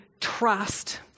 trust